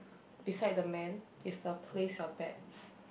beside the man is a place your bets